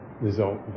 result